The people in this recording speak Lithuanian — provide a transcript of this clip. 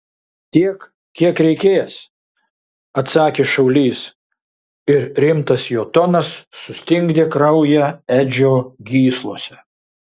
tiek kiek reikės atsakė šaulys ir rimtas jo tonas sustingdė kraują edžio gyslose